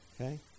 okay